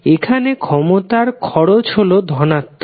এখানে ক্ষমতার খরচ হল ধনাত্মক